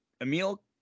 Emil